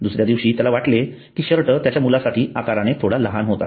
दुसऱ्या दिवशी त्याला वाटले की शर्ट त्याच्या मुलासाठी आकाराने थोडा लहान होत आहे